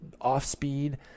off-speed